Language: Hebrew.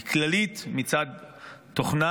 היא כללית מצד תוכנה.